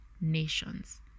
nations